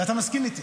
ואתה מסכים איתי.